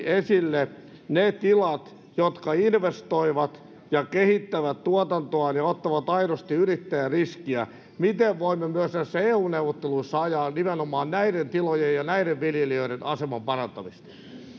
esille ne tilat jotka investoivat ja kehittävät tuotantoaan ja ottavat aidosti yrittäjäriskiä miten voimme myös näissä eu neuvotteluissa ajaa nimenomaan näiden tilojen ja ja näiden viljelijöiden aseman parantamista